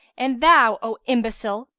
and thou, o imbecile,